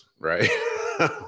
right